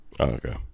Okay